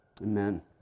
Amen